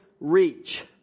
reach